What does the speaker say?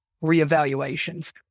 re-evaluations